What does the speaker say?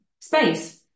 space